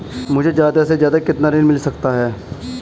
मुझे ज्यादा से ज्यादा कितना ऋण मिल सकता है?